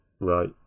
right